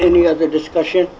any other discussion